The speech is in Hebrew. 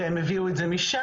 והם הביאו את זה משם,